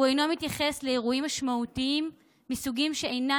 הוא אינו מתייחס לאירועים משמעותיים מסוגים שאינם